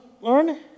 learn